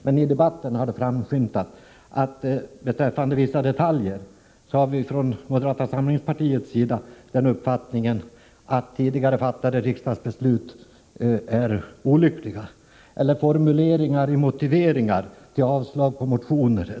Men i debatten har det framskymtat att vi från moderata samlingspartiet beträffande vissa detaljer har den uppfattningen att tidigare fattade riksdagsbeslut är olyckliga liksom också formuleringar av motiveringar för avstyrkanden av motioner.